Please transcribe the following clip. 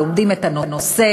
לומדים את הנושא,